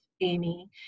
Amy